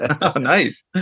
nice